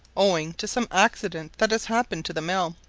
owing to some accident that has happened to the mill,